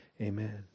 Amen